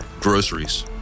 groceries